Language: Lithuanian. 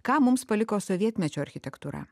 ką mums paliko sovietmečio architektūra